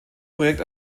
projekt